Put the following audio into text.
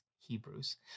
Hebrews